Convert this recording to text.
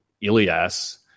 Ilias